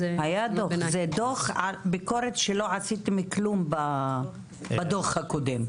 זה דוח ביקורת שלא עשיתם כלום בדוח הקודם.